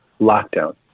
lockdown